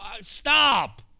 Stop